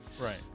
right